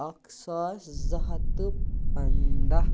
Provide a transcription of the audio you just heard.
اکھ ساس زٕ ہَتھ تہٕ پَنٛداہ